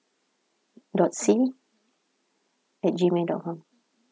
dot C at G mail dot com